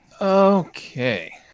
Okay